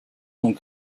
sont